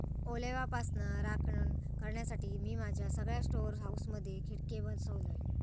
ओलाव्यापासना राखण करण्यासाठी, मी माझ्या सगळ्या स्टोअर हाऊसमधे खिडके बसवलय